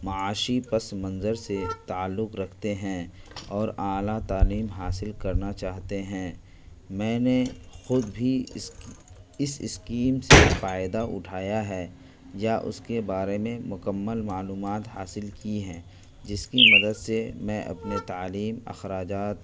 معاشی پس منظر سے تعلق رکھتے ہیں اور اعلیٰ تعلیم حاصل کرنا چاہتے ہیں میں نے خود بھی اس کی اس اسکیم سے فائدہ اٹھایا ہے یا اس کے بارے میں مکمل معلومات حاصل کی ہیں جس کی مدد سے میں اپنے تعلیم اخراجات